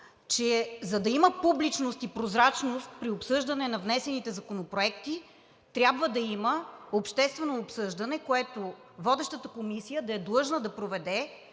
че за да има публичност и прозрачност при обсъждане на внесените законопроекти, трябва да има обществено обсъждане, което водещата комисия да е длъжна да проведе,